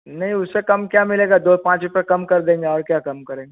नहीं उससे कम क्या मिलेगा दो पाँच रुपया कम कर देंगे और क्या कम करें